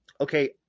okay